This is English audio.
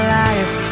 life